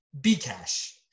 Bcash